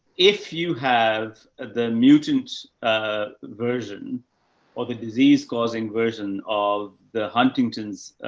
if you have the mutant, ah, version or the disease causing version of the huntington's,